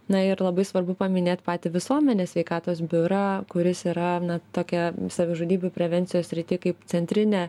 na ir labai svarbu paminėt patį visuomenės sveikatos biurą kuris yra tokia savižudybių prevencijos srity kaip centrinė